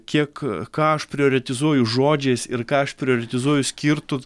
kiek ką aš prioretizuoju žodžiais ir ką aš prioretizuoju skirtu